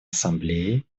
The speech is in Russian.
ассамблее